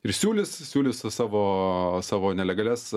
ir siūlys siūlys savo savo nelegalias